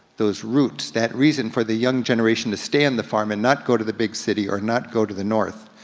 those roots, that reason for the young generation to stay on and the farm and not go to the big city, or not go to the north,